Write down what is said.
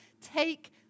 take